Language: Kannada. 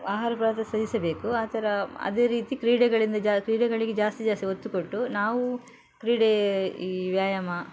ಆಹಾರ ಪದಾರ್ಥ ಸೇವಿಸಬೇಕು ಆ ಥರ ಅದೇ ರೀತಿ ಕ್ರೀಡೆಗಳಿಂದ ಜಾ ಕ್ರೀಡೆಗಳಿಗೆ ಜಾಸ್ತಿ ಜಾಸ್ತಿ ಒತ್ತು ಕೊಟ್ಟು ನಾವು ಕ್ರೀಡೆ ಈ ವ್ಯಾಯಾಮ